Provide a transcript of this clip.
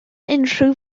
unrhyw